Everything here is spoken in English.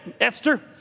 Esther